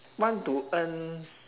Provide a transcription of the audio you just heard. want to earn